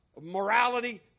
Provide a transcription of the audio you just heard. morality